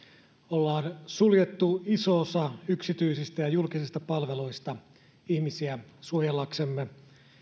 ollaan suljettu iso osa yksityisistä ja julkisista palveluista ihmisiä suojellaksemme